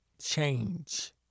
change